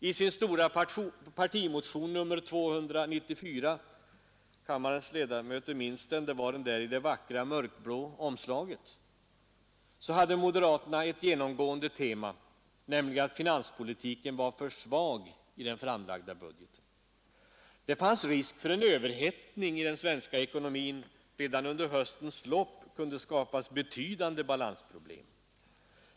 I sin stora partimotion nr 294 — kammarens ledamöter minns den, det var den där i det vackra mörkblå omslaget — hade moderaterna ett genomgående tema, nämligen att finanspolitiken var för svag i den framlagda budgeten. Det fanns risk för en överhettning i den svenska ekonomin — redan under höstens lopp kunde det skapas betydande balansproblem.